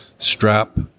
Strap